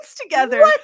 together